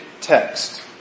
text